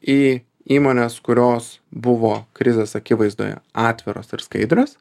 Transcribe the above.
į įmones kurios buvo krizės akivaizdoje atviros ir skaidrios